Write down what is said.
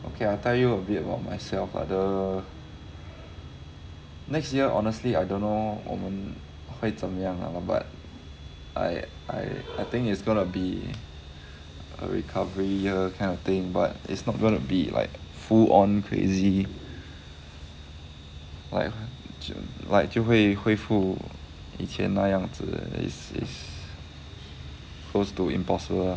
okay I'll tell you a bit about myself ah the next year honestly I don't know 我们会怎么样 lah lah but I I I think it's gonna be a recovery year kind of thing but it's not gonna be like full on crazy like like 就会恢复以前那样子 it's it close to impossible